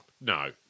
No